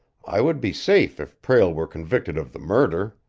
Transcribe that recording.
i would be safe if prale were convicted of the murder.